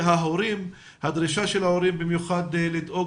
הדרישה של ההורים במיוחד לדאוג